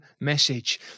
message